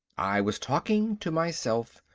i was talking to myself,